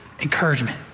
Encouragement